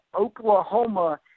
Oklahoma